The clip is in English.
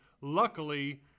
luckily